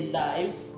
life